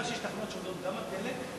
אני יודע שיש תחנות שעובדות גם על דלק,